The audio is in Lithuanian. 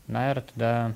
na ir tada